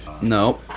No